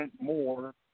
more